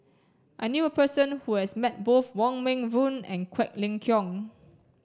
I knew a person who has met both Wong Meng Voon and Quek Ling Kiong